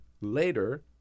later